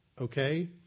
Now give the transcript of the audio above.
okay